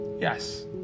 Yes